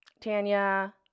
Tanya